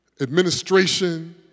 administration